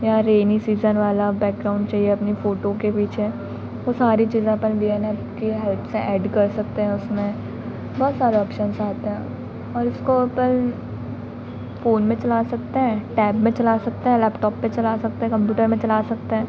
या rainy season वाला background चाहिए अपनी फ़ोटो के पीछे वह सारी जगह पर वी एन ऐप की हेल्प से ऐड कर सकते हैं उसमें बहुत सारे ऑप्शन्स आते हैं और उसको अपन फ़ोन में चला सकते हैं टैब में चला सकते हैं लैपटॉप पर चला सकते हैं कंप्यूटर में चला सकते हैं